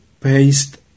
paste